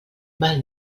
val